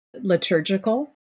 liturgical